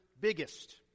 biggest